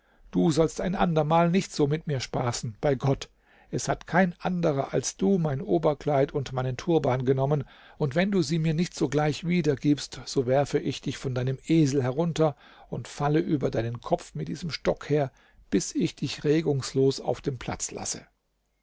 du sollst ein andermal nicht so mit mir spaßen bei gott es hat kein anderer als du mein oberkleid und meinen turban genommen und wenn du sie mir nicht sogleich wieder gibst so werfe ich dich von deinem esel herunter und falle über deinen kopf mit diesem stock her bis ich dich regungslos auf dem platz lasse